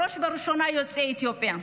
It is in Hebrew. בראש ובראשונה יוצאי אתיופיה,